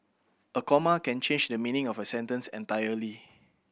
a comma can change the meaning of a sentence entirely